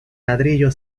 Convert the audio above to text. ladrillo